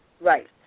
Right